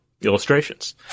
Illustrations